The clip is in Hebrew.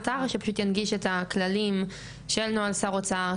אתר שפשוט ינגיש את התנאים של נוהל שר אוצר,